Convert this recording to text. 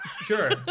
Sure